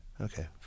Okay